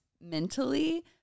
mentally